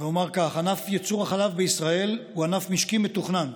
והוא אמר כך: ענף ייצור החלב בישראל הוא ענף משקי מתוכנן,